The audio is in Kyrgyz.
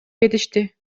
кетишти